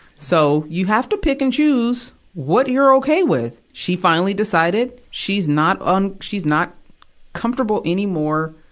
so, you have to pick and choose what you're okay with. she finally decided she's not on, she's not comfortable anymore,